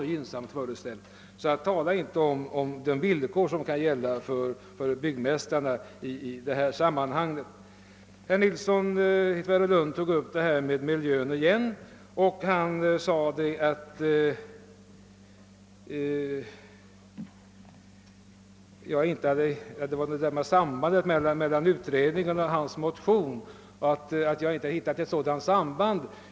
Jag vet ingen annan näringsgren där man har det så väl förspänt. Herr Nilsson i Tvärålund tog upp miljöfrågorna igen och beklagade att jag inte hittat något samband mellan utredningen och hans motion.